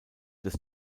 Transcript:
des